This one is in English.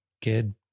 Good